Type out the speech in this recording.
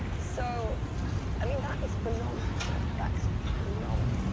so i mean that is phenomenal, that's phenomenal,